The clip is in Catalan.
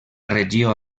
regió